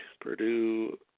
Purdue